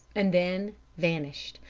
and then vanished,